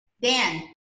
Dan